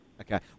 Okay